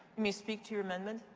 may speak to your amendment.